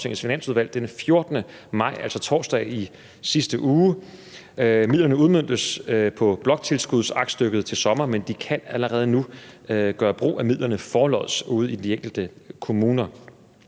den 14. maj, altså torsdag i sidste uge. Midlerne udmøntes på bloktilskudsaktstykket til sommer, men de kan allerede nu gøre brug af midlerne forlods ude i de enkelte kommuner.